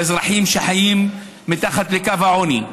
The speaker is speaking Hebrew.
האזרחים שחיים מתחת לקו העוני.